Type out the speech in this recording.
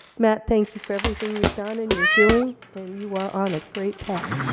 matt, thank you for everything you've done and you're doing, and you are on a great path.